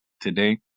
today